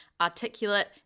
articulate